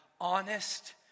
honest